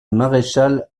maréchal